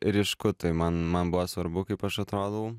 ryšku tai man man buvo svarbu kaip aš atrodau